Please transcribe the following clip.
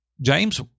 James